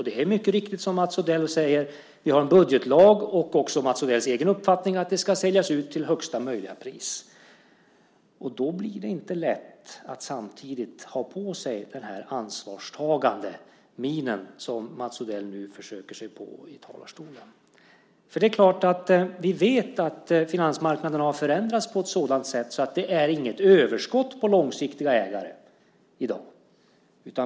Det är mycket riktigt som Mats Odell säger: Vi har en budgetlag och också Mats Odells egen uppfattning att det här ska säljas ut till högsta möjliga pris. Då blir det inte lätt att samtidigt ha på sig den ansvarstagande min som Mats Odell nu försöker sig på i talarstolen. Vi vet att finansmarknaden har förändrats på ett sådant sätt att det inte finns något överskott på långsiktiga ägare i dag.